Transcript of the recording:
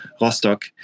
Rostock